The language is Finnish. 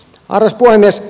arvoisa puhemies